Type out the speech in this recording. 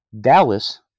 Dallas